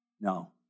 no